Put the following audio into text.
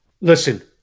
listen –